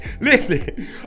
Listen